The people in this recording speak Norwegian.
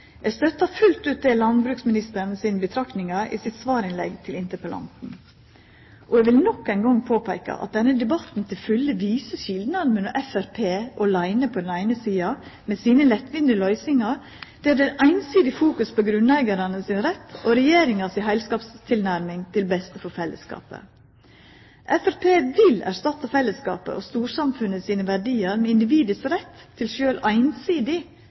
Eg støttar fullt ut landbruksministeren sine betraktningar i svarinnlegget til interpellanten. Eg vil nok ein gong påpeika at denne debatten til fulle viser skilnaden mellom Framstegspartiet – åleine på den eine sida med sine lettvinne løysingar, der det er einsindig fokusering på grunneigar sin rett – og Regjeringa si heilskapstilnærming til beste for fellesskapen. Framstegspartiet vil erstatta fellesskapen og storsamfunnet sine verdiar med individets rett til sjølv einsidig